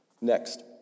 Next